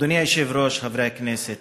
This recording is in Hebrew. אדוני היושב-ראש, חברי הכנסת,